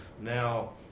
Now